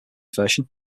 version